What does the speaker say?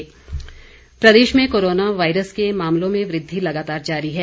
corona update प्रदेश में corona virus के मामलों में वृद्धि लगातार जारी है